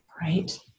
right